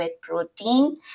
protein